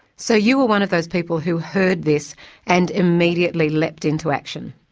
so you were one of those people who heard this and immediately leapt into action?